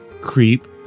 Creep